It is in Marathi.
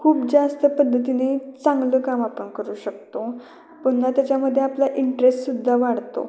खूप जास्त पद्धतीनी चांगलं काम आपण करू शकतो पुन्हा त्याच्यामध्ये आपला इंटरेस्टसुद्धा वाढतो